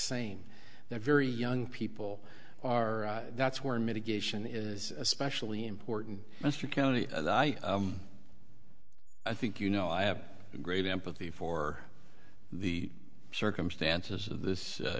same there very young people are that's where mitigation is especially important mr county and i i think you know i have great empathy for the circumstances of this